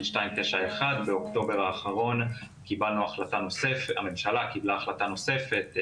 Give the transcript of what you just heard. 291. באוקטובר האחרון הממשלה קיבלה החלטה נוספת,